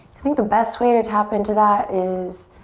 i think the best way to tap into that is